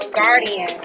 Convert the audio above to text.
guardian